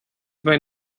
vai